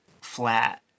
flat